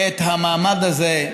את המעמד הזה,